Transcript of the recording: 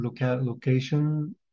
location